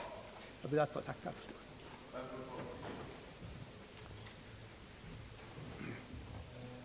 Jag ber att än en gång få tacka för svaret.